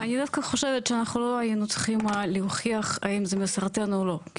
אני לא כל כך חושבת שהיינו צריכים להוכיח האם זה מסרטן או לא,